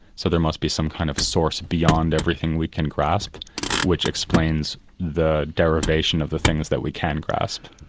so there must be some kind of source beyond everything we can grasp which explains the derivation of the things that we can grasp.